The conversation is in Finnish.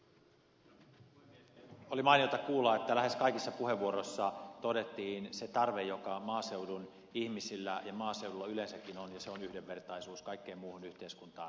oli mainiota kuulla että lähes kaikissa puheenvuoroissa todettiin se tarve joka maaseudun ihmisillä ja maaseudulla yleensäkin on ja se on yhdenvertaisuus kaikkeen muuhun yhteiskuntaan verrattuna